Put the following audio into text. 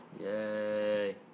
Yay